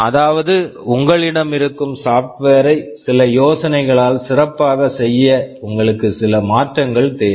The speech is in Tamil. அதாவது உங்களிடம் இருக்கும் சாப்ட்வேர் software ஐ சில யோசனைகளால் சிறப்பாகச் செய்ய உங்களுக்கு சில மாற்றங்கள் தேவை